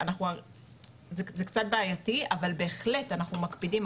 זה קצת בעייתי אבל בהחלט אנחנו מקפידים,